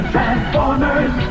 Transformers